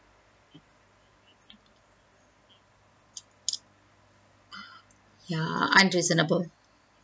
ya unreasonable